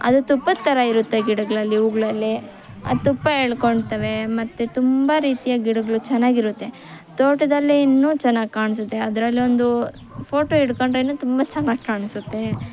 ಅದು ತುಪ್ಪದ ಥರ ಇರುತ್ತೆ ಗಿಡಗಳಲ್ಲಿ ಹೂಗ್ಳಲ್ಲಿ ಅದು ತುಪ್ಪ ಎಳ್ಕೊಳ್ತವೆ ಮತ್ತು ತುಂಬ ರೀತಿಯ ಗಿಡಗಳು ಚೆನ್ನಾಗಿರುತ್ತೆ ತೋಟದಲ್ಲಿ ಇನ್ನೂ ಚೆನ್ನಾಗಿ ಕಾಣ್ಸುತ್ತೆ ಅದರಲ್ಲೊಂದು ಫೋಟೋ ಹಿಡ್ಕೊಂಡ್ರೂ ತುಂಬ ಚೆನ್ನಾಗಿ ಕಾಣ್ಸುತ್ತೆ